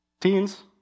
teens